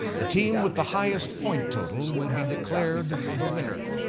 the team with the highest point total will be declared the winner.